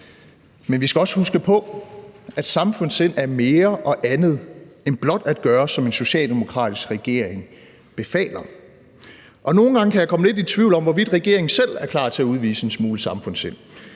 men vi skal også huske på, at samfundssind er mere og andet end blot at gøre, som en socialdemokratisk regering befaler. Nogle gange kan jeg komme lidt i tvivl om, hvorvidt regeringen selv er klar til at udvise en smule samfundssind,